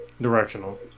directional